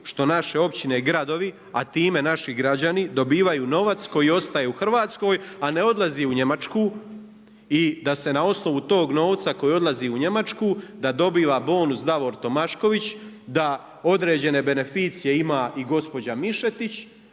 što naše općine i gradovi, a time naši građani dobivaju novac koji ostaje u Hrvatskoj, a ne odlazi u Njemačku i da se na osnovu tog novca koji odlazi u Njemačku da dobiva bonus Davor Tomašković, da određene beneficije ima i gospođa Mišetić.